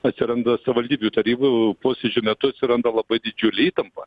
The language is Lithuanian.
atsiranda savaldybių tarybų posėdžių metu atsiranda labai didžiulė įtampa